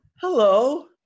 Hello